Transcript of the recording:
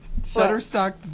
Shutterstock